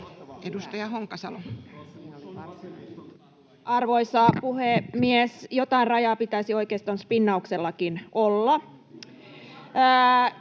10:39 Content: Arvoisa puhemies! Jotain rajaa pitäisi oikeiston spinnauksellakin olla.